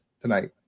tonight